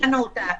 שהצענו אותה,